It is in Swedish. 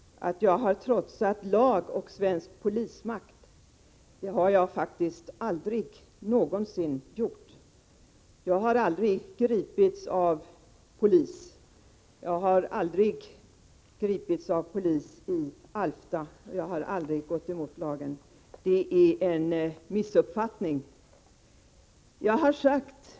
Trotsat lag och svensk polismakt har jag faktiskt aldrig någonsin gjort. Jag har aldrig gripits av polis, jag har aldrig gripits av polis i Alfta, och jag har aldrig gått emot lagen. Det är en missuppfattning.